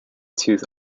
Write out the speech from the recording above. tooth